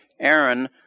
Aaron